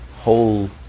whole